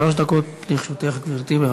שלוש דקות לרשותך, גברתי.